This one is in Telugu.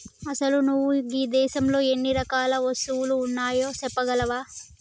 అసలు నువు గీ దేసంలో ఎన్ని రకాల పసువులు ఉన్నాయో సెప్పగలవా